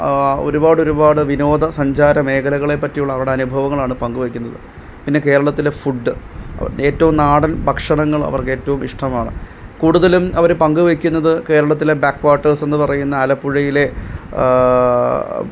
ഒരുപാടൊരുപാട് വിനോദ സഞ്ചാര മേഖലകളെപ്പറ്റിയുള്ള അവരുടെ അനുഭവങ്ങളാണ് പങ്കുവെക്കുന്നത് പിന്നെ കേരളത്തിലെ ഫുഡ് ഏറ്റവും നാടൻ ഭക്ഷണങ്ങൾ അവർക്കേറ്റവും ഇഷ്ടമാണ് കൂടുതലും അവര് പങ്കുവെക്കുന്നത് കേരളത്തിലെ വാക്ക്വാട്ടേഴ്സ് എന്ന് പറയുന്ന ആലപ്പുഴയിലെ